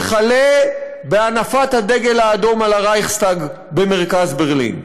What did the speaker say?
וכלה בהנפת הדגל האדום על הרייכסטאג במרכז ברלין.